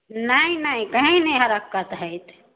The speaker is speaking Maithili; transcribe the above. नहि नहि कहीँ नहि हरक्कत होयत